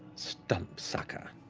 stump sucker.